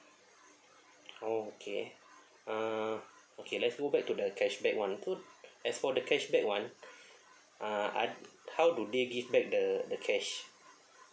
oh okay uh okay let's go back to the cashback [one] so as for the cashback [one] uh ad~ how do they give back the the cash